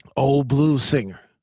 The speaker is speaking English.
old blues singer.